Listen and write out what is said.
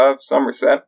Somerset